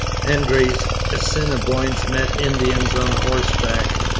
hendry's assiniboines met indians on horseback,